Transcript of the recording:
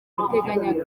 twateganyaga